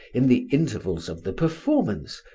in the intervals of the performance,